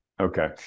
Okay